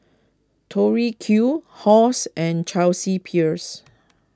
Tori Q Halls and Chelsea Peers